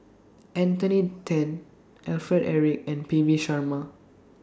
Anthony Then Alfred Eric and P V Sharma